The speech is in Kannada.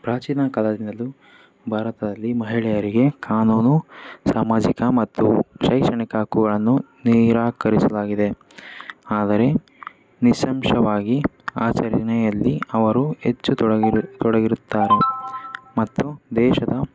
ಪ್ರಾಚೀನ ಕಾಲದಿಂದಲೂ ಭಾರತದಲ್ಲಿ ಮಹಿಳೆಯರಿಗೆ ಕಾನೂನು ಸಾಮಾಜಿಕ ಮತ್ತು ಶೈಕ್ಷಣಿಕ ಹಕ್ಕುಗಳನ್ನು ನಿರಾಕರಿಸಲಾಗಿದೆ ಆದರೆ ನಿಸ್ಸಂಶಯವಾಗಿ ಆಚರಣೆಯಲ್ಲಿ ಅವರು ಹೆಚ್ಚು ತೊಡಗಿರು ತೊಡಗಿರುತ್ತಾರೆ ಮತ್ತು ದೇಶದ